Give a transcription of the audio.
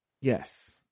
Yes